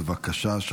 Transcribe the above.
בבקשה,